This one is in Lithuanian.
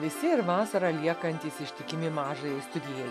visi ir vasarą liekantys ištikimi mažajai studijai